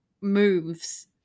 moves